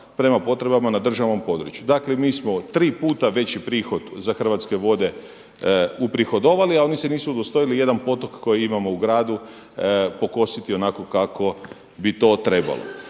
prema potrebama na državnom području. Dakle, mi smo tri puta veći prihod za Hrvatske vode uprihodovali, a oni se nisu udostojali jedan potok koji imamo u gradu pokositi onako kako bi to trebalo.